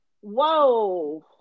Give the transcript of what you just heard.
Whoa